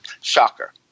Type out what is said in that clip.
Shocker